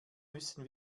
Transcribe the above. müssen